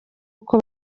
uko